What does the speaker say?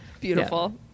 Beautiful